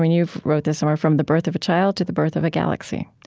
you've wrote this somewhere from the birth of a child to the birth of a galaxy.